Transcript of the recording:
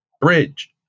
bridge